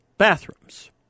bathrooms